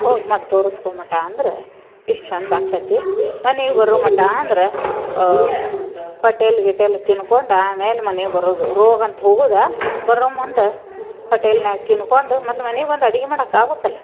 ಹೋಗಿ ಮತ್ತೆ ತೋರಿಸ್ಕೊ ಮಟ ಅಂದ್ರೆ ಎಷ್ಟು ಚೆಂದ ಆಗ್ತೈತೆ ಮನಿಗೆ ಬರೋ ಮಟ ಅಂದ್ರೆ ಹೋಟೆಲ್ ಗೀಟೆಲ್ ತಿನ್ಕೊಂಡು ಆಮೇಲೆ ಮನಿಗೆ ಬರೋದು ರೋಗ ಅಂತ ಹೋಗುದು ಬರೋ ಮುಂದೆ ಹೋಟೆಲ್ನ್ಯಾಗೆ ತಿನ್ಕೊಂಡು ಮತ್ತೆ ಮನಿಗೆ ಬಂದು ಅಡಿಗೆ ಮಾಡಾಕೆ ಆಗ್ಬಕಲ್ಲ